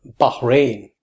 Bahrain